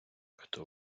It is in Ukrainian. хто